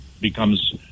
Becomes